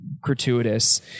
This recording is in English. gratuitous